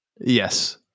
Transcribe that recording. Yes